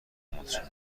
منتشر